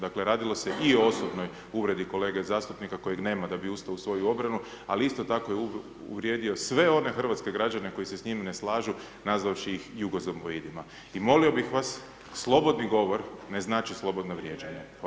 Dakle, radilo se i o osobnoj uvredi kolege zastupnika kojeg nema da bi ustao u svoju obranu, ali isto tako je uvrijedio sve one hrvatske građane koji se s njim ne slažu nazvavši ih jugozomboidima i molimo bih vas slobodni govor ne znači slobodno vrijeđanje.